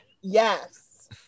Yes